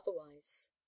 otherwise